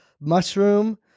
mushroom